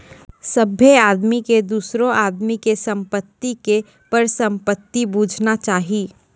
सभ्भे आदमी के दोसरो आदमी के संपत्ति के परसंपत्ति बुझना चाही